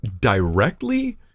directly